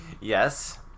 Yes